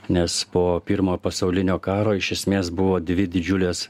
nes po pirmojo pasaulinio karo iš esmės buvo dvi didžiulės